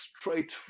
straight